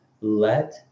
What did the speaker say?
let